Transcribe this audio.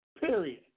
Period